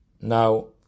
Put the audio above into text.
Now